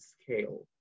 scale